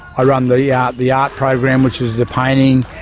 i run the yeah the art program, which is the painting,